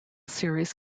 series